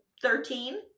Thirteen